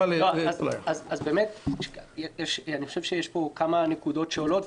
אני חושב שיש פה כמה נקודות שעולות.